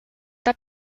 der